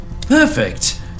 Perfect